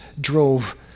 drove